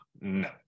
no